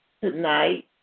tonight